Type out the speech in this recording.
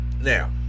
Now